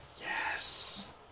Yes